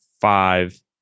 five